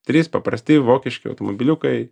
trys paprasti vokiški automobiliukai